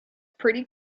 pretty